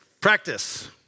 Practice